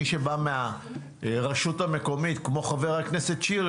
מי שבא מהרשות המקומית כמו חבר הכנסת שירי,